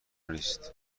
نیست